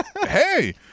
hey